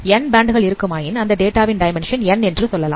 N பேண்ட்கள் இருக்குமாயின் அந்த டேட்டாவின் டைமென்ஷன் N என்று சொல்லலாம்